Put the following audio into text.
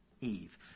Eve